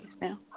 now